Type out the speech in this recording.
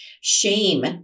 Shame